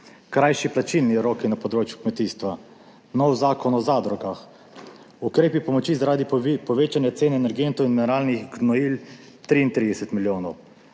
krajši plačilni roki na področju kmetijstva, nov zakon o zadrugah, ukrepi pomoči zaradi povečanja cen energentov in mineralnih gnojil 33 milijonov,